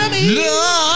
Love